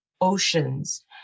oceans